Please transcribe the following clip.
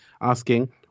asking